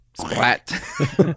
splat